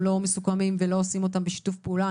לא מסוכמים ולא עושים אותם בשיתוף הפעולה,